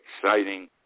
exciting